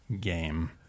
game